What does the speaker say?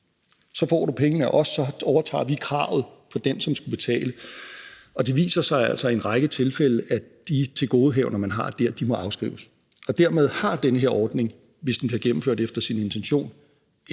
så får du pengene af os, og så overtager vi kravet over for den, som skulle betale. Det viser sig altså i en række tilfælde, at de tilgodehavender, man har der, må afskrives. Dermed giver den her ordning, hvis den bliver gennemført efter sin intention,